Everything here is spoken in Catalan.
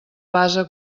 base